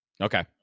Okay